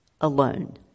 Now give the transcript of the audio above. alone